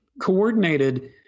coordinated